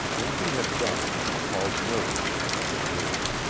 when he had gone she called nervously for her maid.